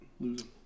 losing